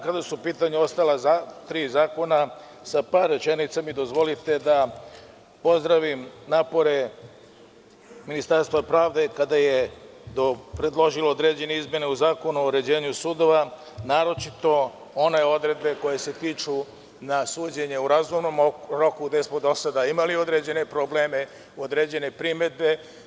Kada su u pitanju ostala tri zakona, sa par rečenica bih pozdravio napore Ministarstva pravde kada je predložilo određene izmene u Zakonu o uređenju sudova, naročito one odredbe koje se tiču suđenja u razumnom roku gde smo do sada imali određene probleme, određene primedbe.